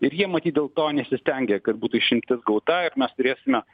ir jie matyt dėl to nesistengia kad būtų išimtis gauta ir mes turėsime